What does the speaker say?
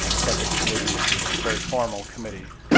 it's like a committee, if you will. very formal committee,